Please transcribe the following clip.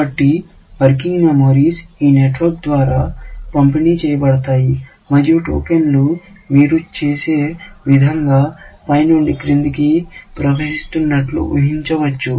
కాబట్టి working memories ఈ network ద్వారా పంపిణీ చేయబడతాయి మరియు టోకెన్లు మీరు చేసే విధంగా పై నుండి క్రిందికి ప్రవహిస్తున్నట్లు ఉహించవచ్చు